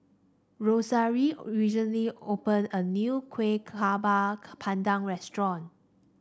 Rosaria recently opened a new Kueh Bakar Pandan restaurant